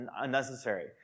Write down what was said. unnecessary